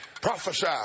prophesy